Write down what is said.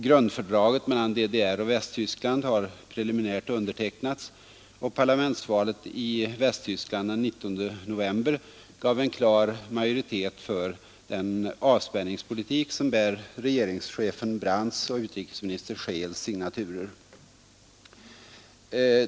Grundfördraget mellan DDR och Västtyskland har preliminärt undertecknats, och parlamentsvalet i Västtyskland den 19 november gav en klar majoritet för den avspänningspolitik som bär regeringschefen Brandts och utrikesminister Scheels signaturer.